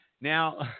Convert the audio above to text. Now